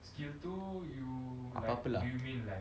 apa-apa lah